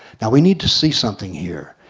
now we need to see something here.